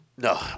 No